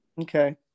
Okay